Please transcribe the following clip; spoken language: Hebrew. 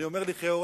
אני אומר לכאורה,